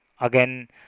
again